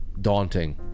daunting